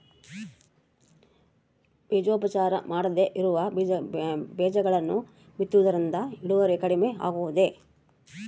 ಬೇಜೋಪಚಾರ ಮಾಡದೇ ಇರೋ ಬೇಜಗಳನ್ನು ಬಿತ್ತುವುದರಿಂದ ಇಳುವರಿ ಕಡಿಮೆ ಆಗುವುದೇ?